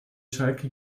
schalke